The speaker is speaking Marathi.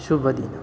शुभदिन